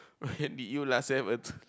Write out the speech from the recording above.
when did you last have a